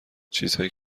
چیزهایی